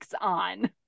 on